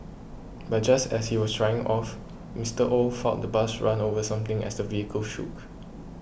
but just as he was driving off Mister Oh felt the bus run over something as the vehicle shook